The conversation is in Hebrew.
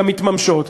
גם מתממשות?